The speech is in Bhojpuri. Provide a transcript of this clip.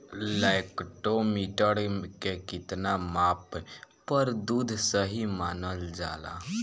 लैक्टोमीटर के कितना माप पर दुध सही मानन जाला?